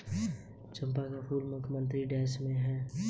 चंपा के फूल पर मधुमक्खियां कभी नहीं बैठती हैं क्योंकि इसमें पराग नहीं होता है